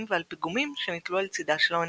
ועל פיגומים שניתלו על צידה של האונייה.